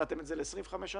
נתתם את זה ל-25 שנה.